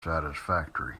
satisfactory